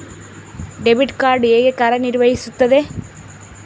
Debit card ಹೇಗೆ ಕಾರ್ಯನಿರ್ವಹಿಸುತ್ತದೆ?